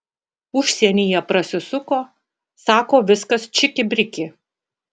užsienyje prasisuko sako viskas čiki briki